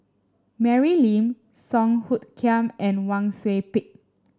Mary Lim Song Hoot Kiam and Wang Sui Pick